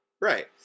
Right